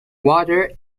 water